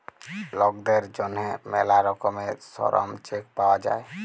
লকদের জ্যনহে ম্যালা রকমের শরম চেক পাউয়া যায়